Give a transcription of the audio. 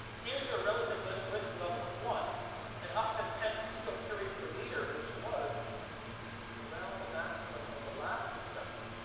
here's your relative list risk level of one and up to ten picocuries per liter, which was around the maximum of the last study.